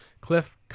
Cliff